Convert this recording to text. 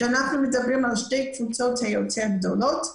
כשאנחנו מדברים על שתי קבוצות היותר גדולות,